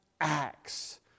acts